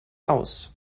aus